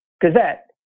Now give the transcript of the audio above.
Gazette